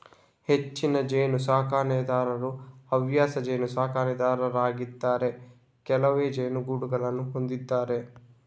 ಹೆಚ್ಚಿನ ಜೇನು ಸಾಕಣೆದಾರರು ಹವ್ಯಾಸ ಜೇನು ಸಾಕಣೆದಾರರಾಗಿದ್ದಾರೆ ಕೆಲವೇ ಜೇನುಗೂಡುಗಳನ್ನು ಹೊಂದಿದ್ದಾರೆ